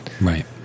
Right